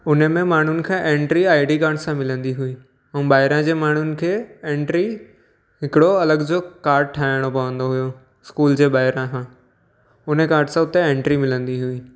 हुनमें माण्हुनि खां एंटरी आईडी काड सां मिलंदी हुई ऐं ॿाहिरां जे माण्हुनि खे एंटरी हिकिड़ो अलॻि जो काड ठाहिणो पवंंदो हुओ स्कूल जे ॿाहिरां खां हुन काड सां हुते एंटरी मिलंदी हुई